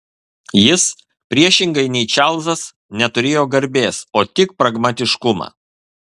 jis priešingai nei čarlzas neturėjo garbės o tik pragmatiškumą